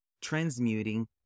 transmuting